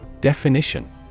Definition